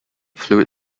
fluid